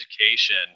education